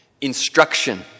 instruction